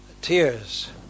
tears